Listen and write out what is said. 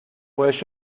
pues